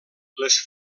les